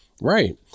Right